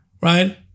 right